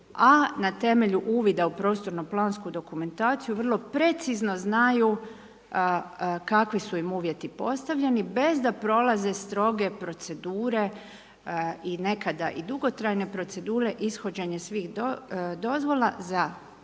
a na temelju uvida u prostornu plansku dokumentaciju, vrlo precizno znaju kakvi su im uvjeti postavljeni, bez da prolaze stroge procedure i nekada i dugotrajne procedure ishođenja svih dozvola za objekte